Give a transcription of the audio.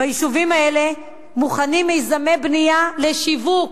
ביישובים האלה מוכנים מיזמי בנייה לשיווק,